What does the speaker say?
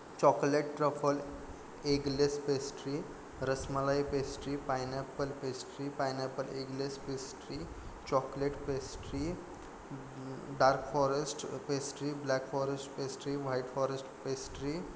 chocolate truffle eggless pastry rasmalai pastry pineapple pastry pineapple eggless pastry chocolate pastry dark forest pastry black forest pastry white forest pastry